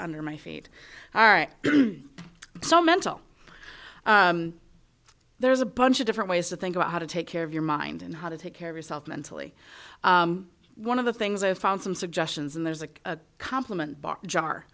under my feet all right so mental there's a bunch of different ways to think about how to take care of your mind and how to take care of yourself mentally one of the things i've found some suggestions and there's a complement bar